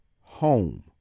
home